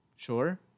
sure